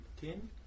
ten